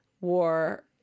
war